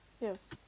Yes